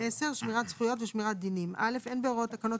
שמירת זכויות ושמירת דינים 10. (א) אין בהוראות תקנות